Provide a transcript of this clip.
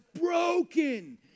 broken